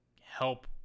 help